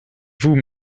vous